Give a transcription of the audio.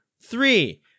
three